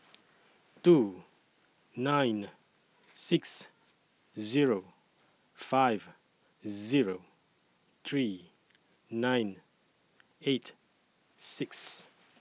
two nine six Zero five Zero three nine eight six